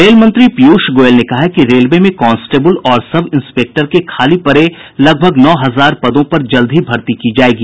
rail मंत्री पीयूष गोयल ने कहा है कि रेलवे में कांस्टेबुल और सब इंस्पेक्टर के खाली पड़े लगभग नौ हजार पदों पर जल्द ही भर्ती की जायेगी